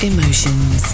Emotions